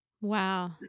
Wow